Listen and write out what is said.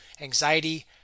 anxiety